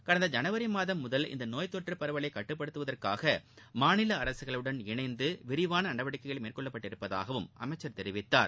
கடந்த ஜனவரி மாதம் முதல் இந்த நோய் தொற்று பரவலை கட்டுப்படுத்துவதற்காக மாநில அரசுகளுடன் இணைந்து விரிவான நடவடிக்கைகள் மேற்கொள்ளப்பட்டதாகவும் அமைச்சர் தெரிவித்தார்